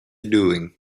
doing